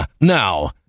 Now